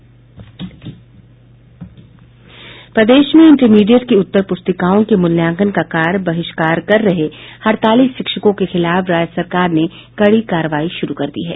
प्रदेश में इंटरमीडिएट की उत्तर प्रस्तिकाओं की मूल्यांकन कार्य का बहिष्कार कर रहे हड़ताली शिक्षकों के खिलाफ राज्य सरकार ने कड़ी कार्रवाई शुरू कर दी है